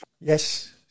Yes